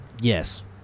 Yes